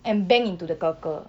and bang into the 哥哥